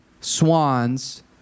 Swans